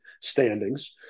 standings